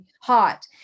hot